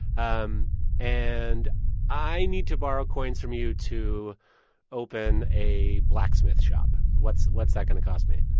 um and i need to borrow coins from you to open a blacksmith shop. what's what's that going to cost me?